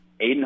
Aiden